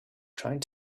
trying